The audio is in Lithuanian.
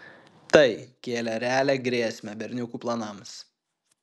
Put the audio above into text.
tai kėlė realią grėsmę berniukų planams